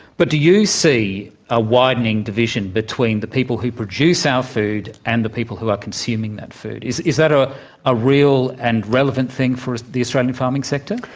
but do you see a widening division between the people who produce our food and the people who are consuming that food? is is that ah a real and relevant thing for the australian farming sector?